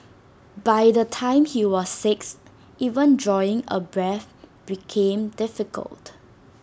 by the time he was six even drawing A breath became difficult